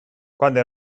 quando